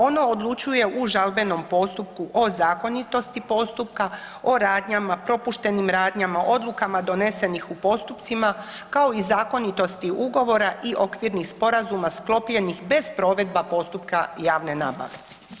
Ono odlučuje u žalbenom postupku o zakonitosti postupka, o radnjama, propuštenim radnjama, odlukama donesenih u postupcima kao i zakonitosti ugovora i okvirnih sporazuma sklopljenih bez provedba postupka javne nabave.